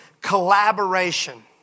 collaboration